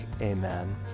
amen